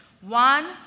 One